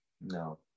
no